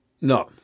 No